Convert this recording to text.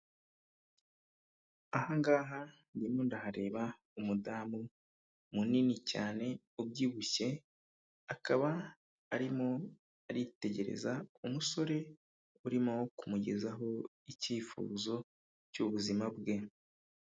Ahangaha ndimo ndahareba umudamu munini cyane ubyibushye, akaba arimo aritegereza umusore urimo kumugezaho icyifuzo cy'ububuzima bwe.